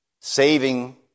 saving